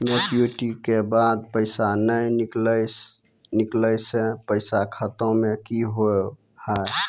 Maturity के बाद पैसा नए निकले से पैसा खाता मे की होव हाय?